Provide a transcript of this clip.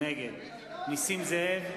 נגד נסים זאב,